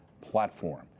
platform